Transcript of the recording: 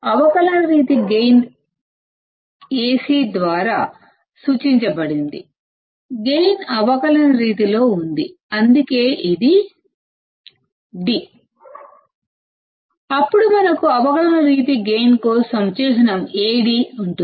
అవకలన రీతి gain Ad ద్వారా సూచించబడింది గైన్ అవకలన రీతి లో ఉంది అందుకే ఇది Ad అప్పుడు మనకు అవకలన రీతి గైన్ కోసం చిహ్నం Ad ఉంటుంది